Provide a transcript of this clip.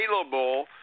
available